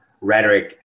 rhetoric